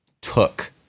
took